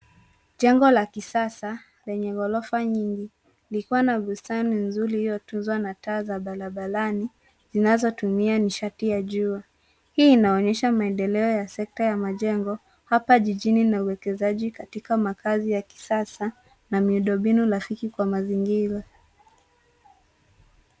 Jengo la kisasa likiwa na ghorofa nyingi likiwa na bustani nzuri iliyotunzwa na taa barabarani zinazotumia nishati ya jua. Hii inaonyesha maendeleo ya sekta ya majengo hapa jijini na uwekezaji katika makaazi ya kisasa na miundo mbinu rafiki kwa mazingira.